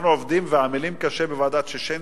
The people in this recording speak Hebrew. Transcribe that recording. אנחנו עובדים ועמלים קשה בוועדת-ששינסקי,